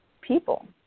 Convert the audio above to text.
people